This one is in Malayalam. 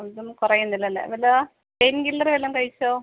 എന്നിട്ടും കുറയുന്നില്ലല്ലേ വല്ല പെയിൻ കില്ലറ് വല്ലതും കഴിച്ചോ